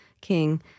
king